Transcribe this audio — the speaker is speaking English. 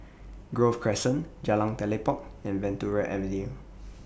Grove Crescent Jalan Telipok and Venture Avenue